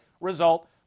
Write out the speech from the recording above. result